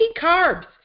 carbs